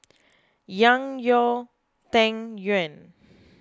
Yang your Tang Yuen